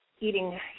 eating